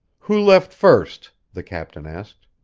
who left first? the captain asked.